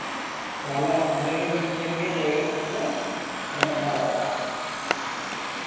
ᱛᱟᱦᱞᱮ ᱚᱱᱰᱮᱜᱮ ᱢᱤᱫᱴᱷᱮᱱᱜᱮ ᱡᱟᱭᱜᱟ ᱠᱟᱛᱮᱫᱞᱮ ᱮᱱᱮᱡ ᱟᱝᱜᱟᱭᱟ